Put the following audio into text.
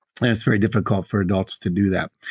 and it's very difficult for adults to do that.